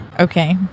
Okay